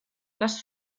les